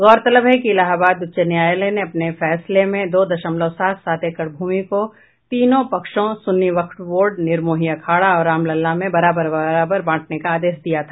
गौरतलब है कि इलाहाबाद उच्च न्यायालय ने अपने फैसले में दो दशमलव सात सात एकड़ भूमि को तीनों पक्षों सुन्नी वक्फ बोर्ड निर्मोही अखाड़ा और रामलला में बराबर बांटने का आदेश दिया था